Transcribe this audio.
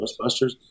*Ghostbusters*